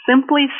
simply